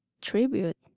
Tribute